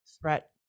threat